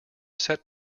set